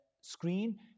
screen